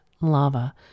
lava